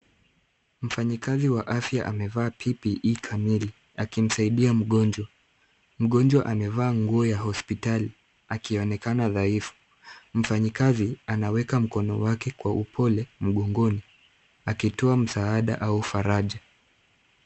Mfanyikazi wa afya amevaa PPE kamili akimsaidia mgonjwa. Mgomjwa amevaa nguo ya hospitali akionekana kuwa dhaifu. Mfanyikazi anaweka mkono wake kwa upole mgongoni akitoa msaada au faraja.